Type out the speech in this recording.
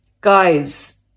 Guys